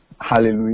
Hallelujah